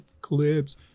clips